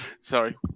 Sorry